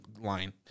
line